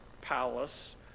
palace